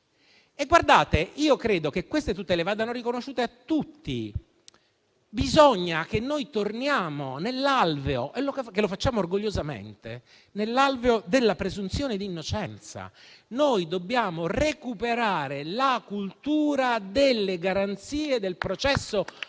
genere? Io credo che queste tutele vadano riconosciute a tutti. Bisogna che torniamo - e orgogliosamente - nell'alveo della presunzione di innocenza. Dobbiamo recuperare la cultura delle garanzie del processo